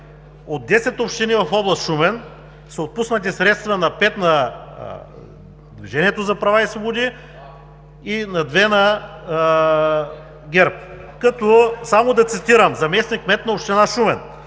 От 10 общини в област Шумен са отпуснати средства на пет на „Движението за права и свободи“ и на две на ГЕРБ. Ще цитирам заместник-кмет на община Шумен: